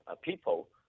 people